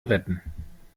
retten